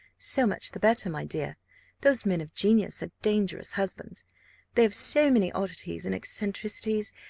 so much the better, my dear those men of genius are dangerous husbands they have so many oddities and eccentricities,